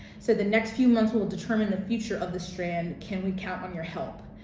so the next few months will determine the future of the strand, can we count on your help?